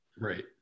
Right